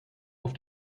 auf